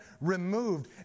removed